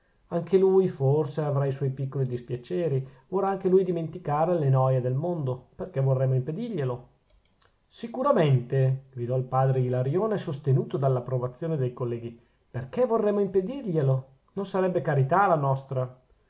anche lui forse avrà i suoi piccoli dispiaceri vorrà anche lui dimenticare le noie del mondo perchè vorremmo impedirglielo sicuramente gridò il padre ilarione sostenuto dall'approvazione dei colleghi perchè vorremmo impedirglielo non sarebbe carità la nostra